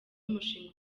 umushinga